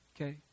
Okay